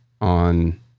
on